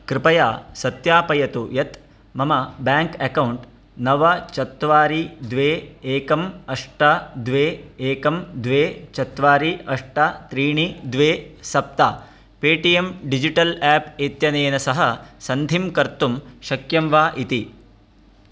कृपया सत्यापयतु यत् मम बेङ्क् अकौण्ट् नव चत्वारि द्वे एकम् अष्ट द्वे एकं द्वे चत्वारि अष्ट त्रीणि द्वे सप्त Paytm digital app इत्यनेन सह सन्धिं कर्तुं शक्यं वा इति